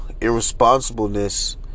irresponsibleness